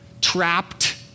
trapped